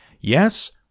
Yes